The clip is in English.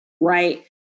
right